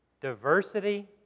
Diversity